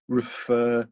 refer